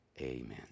Amen